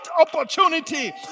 opportunity